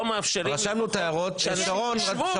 מאפשרים לפחות --- יישבו ויצביעו אם זה כל כך חשוב.